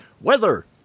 weather